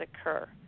occur